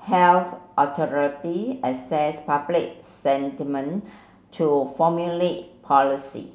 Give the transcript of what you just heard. health authority assess public sentiment to formulate policy